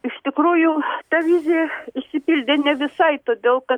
iš tikrųjų ta vizija išsipildė ne visai todėl kad